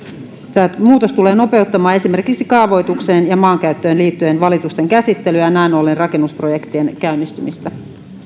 tämä muutos tulee nopeuttamaan esimerkiksi kaavoitukseen ja maankäyttöön liittyen valitusten käsittelyä ja näin ollen rakennusprojektien käynnistymistä